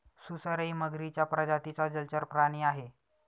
सुसरही मगरीच्या प्रजातीचा जलचर प्राणी आहे